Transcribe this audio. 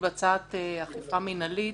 מתבצעת אכיפה מנהלית